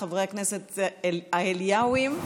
ה"אליהויים"